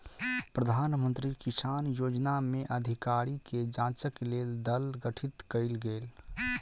प्रधान मंत्री किसान योजना में अधिकारी के जांचक लेल दल गठित कयल गेल